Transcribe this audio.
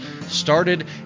started